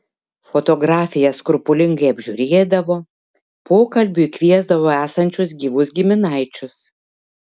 fotografijas skrupulingai apžiūrėdavo pokalbiui kviesdavo esančius gyvus giminaičius